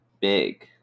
big